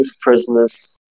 prisoners